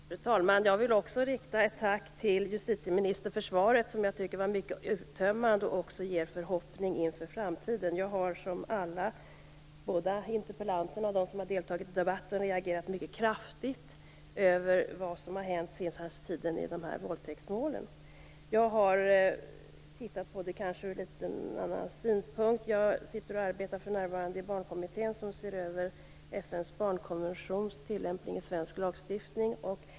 Fru talman! Jag vill också rikta ett tack till justitieministern för svaret, som var mycket uttömmande och som ger förhoppning inför framtiden. Jag har, som både interpellanterna och övriga som har deltagit i debatten, reagerat mycket kraftigt över vad som har hänt den senaste tiden i de här våldtäktsmålen. Jag har tittat på detta från en annan synpunkt. Jag arbetar för närvarande i Barnkommittén, som ser över FN:s barnkonventions tillämpning i svensk lagstiftning.